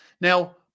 Now